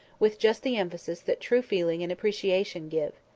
with just the emphasis that true feeling and appreciation give.